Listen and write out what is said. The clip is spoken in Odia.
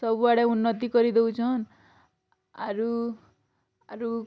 ସବୁଆଡ଼େ ଉନ୍ନତି କରିଦେଉଛନ୍ ଆରୁ ଆରୁ